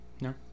no